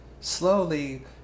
slowly